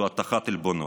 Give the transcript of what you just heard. זה הטחת עלבונות.